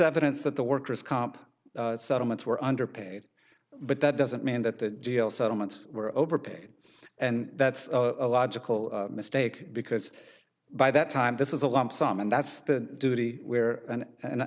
evidence that the workers comp settlements were underpaid but that doesn't mean that the deal settlements were overpaid and that's a logical mistake because by that time this is a lump sum and that's the duty we're an an